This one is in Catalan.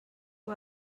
que